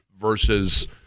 versus –